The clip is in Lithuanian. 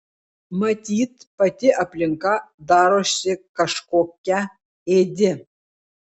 matyt pati aplinka darosi kažkokia ėdi